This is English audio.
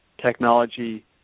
technology